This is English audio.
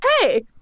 hey